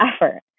effort